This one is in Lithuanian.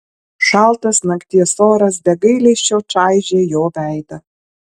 šaltas nakties oras be gailesčio čaižė jo veidą